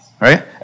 Right